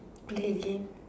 play game